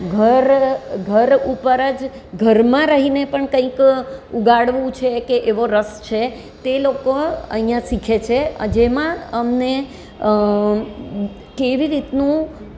ઘર ઘર ઉપર જ ઘરમાં રહીને પણ કંઈક ઉગાડવું છે કે એવો રસ છે તે લોકો અહીંયા શીખે છે જેમાં અમને કેવી રીતનું